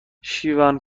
شیون